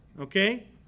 Okay